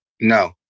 No